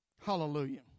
Hallelujah